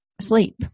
sleep